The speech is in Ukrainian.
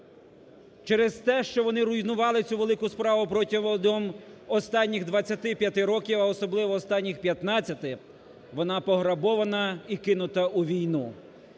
Через те, що вони руйнували цю велику справу протягом останніх 25 років, а особливо останні 15, вона пограбована і кинута у війну.